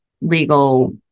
legal